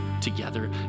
together